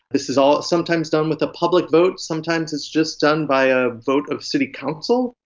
this is all sometimes done with a public vote, sometimes it's just done by a vote of city council.